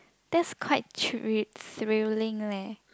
that's quite thr~ thrilling leh